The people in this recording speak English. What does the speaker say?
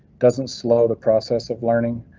doesn't slow the process of learning.